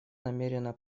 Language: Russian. намерена